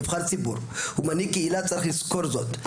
נבחר ציבור ומנהיג קהילה צריך לזכור זאת,